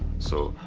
so,